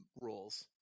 rules